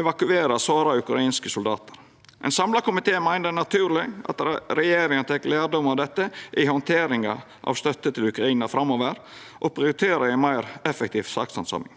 evakuera såra ukrainske soldatar. Ein samla komité meiner det er naturleg at regjeringa tek lærdom av dette i handteringa av støtte til Ukraina framover og prioriterer ei meir effektiv sakshandsaming.